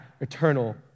eternal